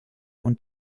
und